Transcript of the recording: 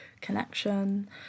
connection